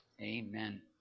Amen